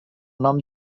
nom